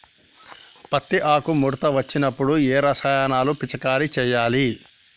పత్తి ఆకు ముడత వచ్చినప్పుడు ఏ రసాయనాలు పిచికారీ చేయాలి?